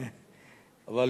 אדוני.